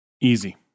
Easy